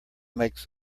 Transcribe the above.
makes